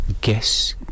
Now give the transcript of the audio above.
Guess